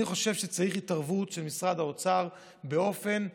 אני חושב שצריך התערבות של משרד האוצר באופן עמוק.